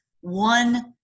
one